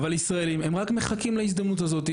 אבל ישראלים רק מחכים להזדמנות הזאת.